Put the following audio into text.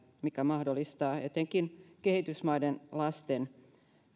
mikä mahdollistaa etenkin kehitysmaiden lasten